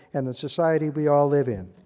and the society we all live in.